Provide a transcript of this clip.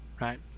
right